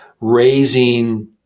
raising